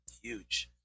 huge